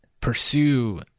pursue